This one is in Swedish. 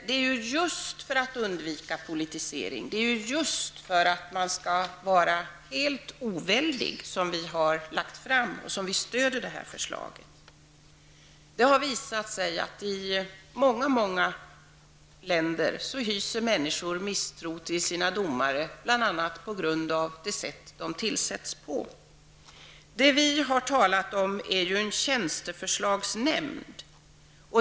Det är just för att undvika en politisering, för att vara helt oväldig som vi stöder detta förslag. Det har visat sig att i många länder hyser människor misstro till sina domare bl.a. på grund av det sätt som de tillsätts på. Vi har talat om en tjänsteförslagsnämnd.